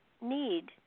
need